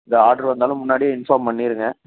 இது ஆர்ட்ரு வந்தாலும் முன்னாடியே இன்ஃபார்ம் பண்ணிடுங்க